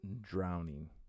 drowning